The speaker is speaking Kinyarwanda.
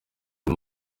uyu